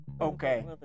Okay